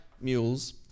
mules